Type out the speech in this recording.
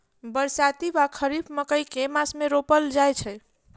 बरसाती वा खरीफ मकई केँ मास मे रोपल जाय छैय?